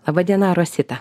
laba diena rosita